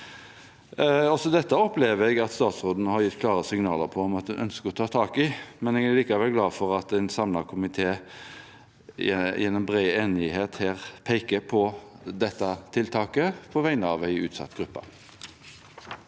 dette opplever jeg at statsråden har gitt klare signaler om at hun ønsker å ta tak i, men jeg er likevel glad for at en samlet komité gjennom en bred enighet peker på dette tiltaket på vegne av en utsatt gruppe.